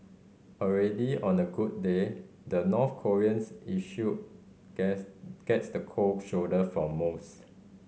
already on a good day the North Koreans issue guess gets the cold shoulder from most